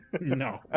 No